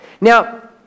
Now